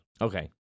Okay